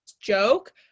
joke